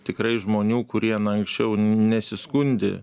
tikrai žmonių kurie na anksčiau nesiskundė